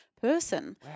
person